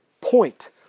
point